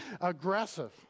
aggressive